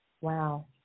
Wow